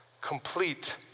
complete